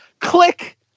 click